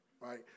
right